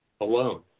alone